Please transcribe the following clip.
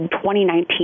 2019